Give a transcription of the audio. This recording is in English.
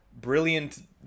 Brilliant